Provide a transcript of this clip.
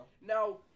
now